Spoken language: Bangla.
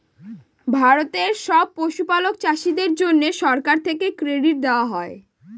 ভারতের সব পশুপালক চাষীদের জন্যে সরকার থেকে ক্রেডিট দেওয়া হয়